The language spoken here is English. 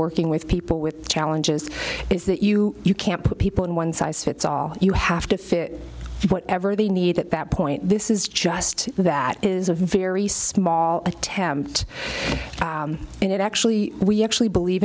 working with people with challenges is that you can't put people in one size fits all you have to fit whatever they need at that point this is just that is a very small attempt and it actually we actually believe